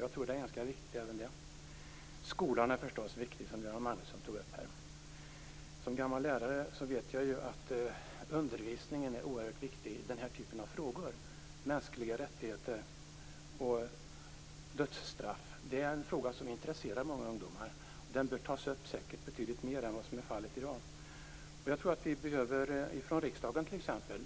Jag tror att även det är ganska viktigt. Skolan är förstås viktig, vilket Göran Magnusson tog upp. Som gammal lärare vet jag ju att undervisningen är oerhört viktig i denna typ av frågor. Frågan om mänskliga rättigheter och dödsstraff intresserar många ungdomar, och den bör säkert tas upp betydligt mer än vad som är fallet i dag. Jag tror att t.ex. riksdagen